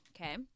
Okay